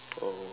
oh